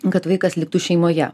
kad vaikas liktų šeimoje